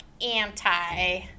anti